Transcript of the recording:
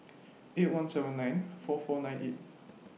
eight one seven nine four four nine eight